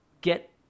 get